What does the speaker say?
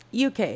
UK